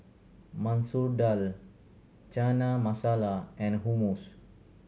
Masoor Dal Chana Masala and Hummus